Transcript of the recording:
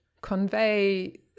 convey